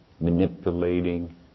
manipulating